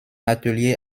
atelier